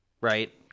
right